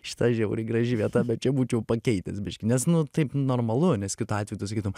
šita žiauriai graži vieta bet čia būčiau pakeitęs biškį nes nu taip normalu nes kitu atveju tu sakytum